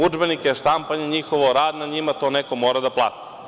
Udžbenike, štampanje njihovo, rad na njima, to neko mora da plati.